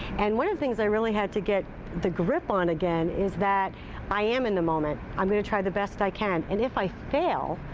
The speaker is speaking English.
and one of the things i really had to get the grip on again is that i am in the moment. i'm going to try the best i can. and if i fail,